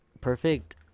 Perfect